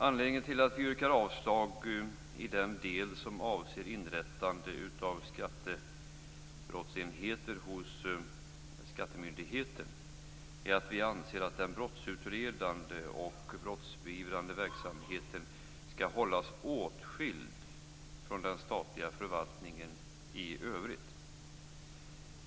Anledningen till att vi yrkar avslag i den del som avser inrättande av skattebrottsenheter hos skattemyndigheten är att vi anser att den brottsutredande och brottsbeivrande verksamheten skall hållas åtskild från den statliga förvaltningen i övrigt.